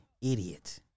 idiot